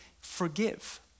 forgive